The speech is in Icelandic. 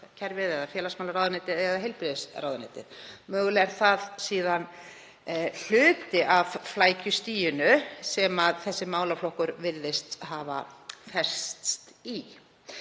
kerfið eða félagsmálaráðuneytið eða heilbrigðisráðuneytið. Mögulega er það hluti af flækjustiginu sem þessi málaflokkur virðist hafa fest í.